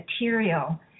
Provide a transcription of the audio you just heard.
material